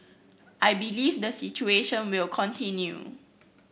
I believe the situation will continue